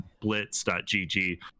Blitz.GG